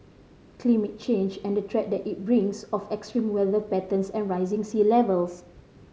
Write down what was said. climate change and the threat that it brings of extreme weather patterns and rising sea levels